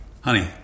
Honey